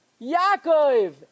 Yaakov